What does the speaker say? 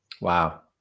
Wow